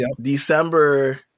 December